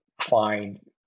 find